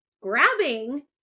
grabbing